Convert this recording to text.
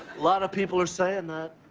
lot of people are saying that.